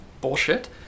bullshit